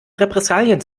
repressalien